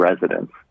residents